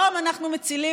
אנחנו לא נרפה.